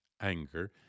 anger